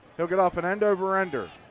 will get off an end over ender.